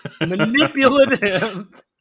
manipulative